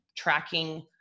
tracking